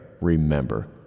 Remember